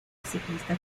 ciclista